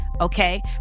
Okay